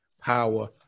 power